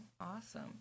awesome